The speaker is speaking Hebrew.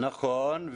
נכון,